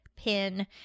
pin